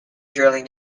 drilling